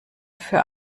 für